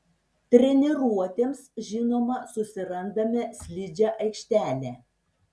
treniruotėms žinoma susirandame slidžią aikštelę